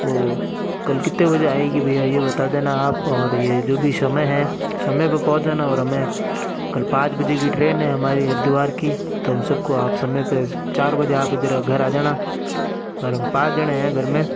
वो कल कितने बजे आएगी भैया ये बता देना आप और ये जो भी समय है हमें वहाँ पहुँचा देना और हमें कल पाँच बजे की ट्रेन है हमारी द्वार की तो हम सबको आप समय पे चार बजे आप इधर घर आ जाना और हम पाँच जने हैं घर में